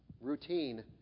routine